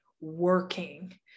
working